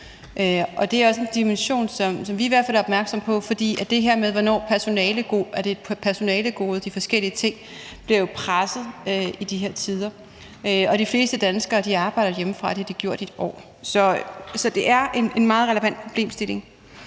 Det er også en dimension, som vi i hvert fald er opmærksomme på, fordi det her med, hvornår de forskellige ting er et personalegode, bliver jo presset i de her tider. De fleste danskere arbejder hjemmefra, og det har de gjort et år. Så det er en meget relevant problemstilling.